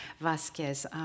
Vasquez